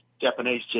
Japanese